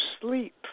sleep